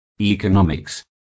economics